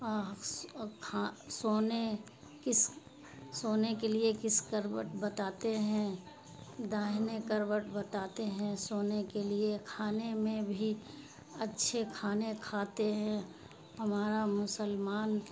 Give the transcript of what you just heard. کھا سونے کس سونے کے لیے کس کروٹ بتاتے ہیں داہنے کروٹ بتاتے ہیں سونے کے لیے کھانے میں بھی اچھے کھانے کھاتے ہیں ہمارا مسلمان